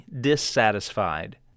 dissatisfied